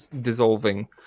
dissolving